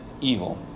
evil